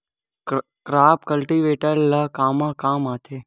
Crop cultivator ला कमा काम आथे?